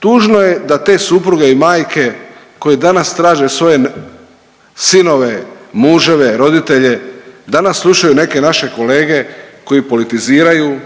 Tužno je da te supruge i majke koje danas traže svoje sinove, muževe, roditelje danas slušaju neke naše kolege koji politiziraju,